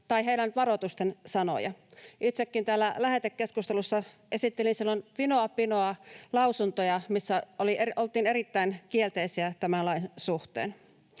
tai heidän varoitustensa sanoja. Itsekin täällä lähetekeskustelussa esittelin silloin vinoa pinoa lausuntoja, missä oltiin erittäin kielteisiä tämän lain suhteen.